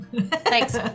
Thanks